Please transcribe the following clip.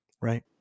Right